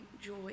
joy